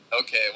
Okay